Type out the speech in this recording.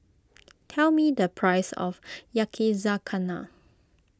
tell me the price of Yakizakana